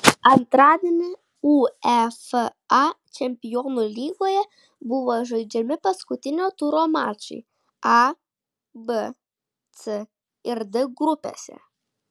antradienį uefa čempionų lygoje buvo žaidžiami paskutinio turo mačai a b c ir d grupėse